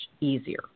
easier